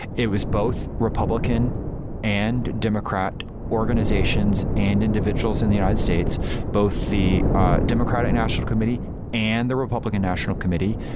it was both republican and democrat organizations and individuals in the united states both the democratic national committee and the republican national committee,